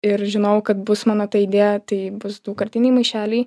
ir žinojau kad bus mano ta idėja tai bus daugkartiniai maišeliai